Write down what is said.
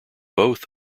both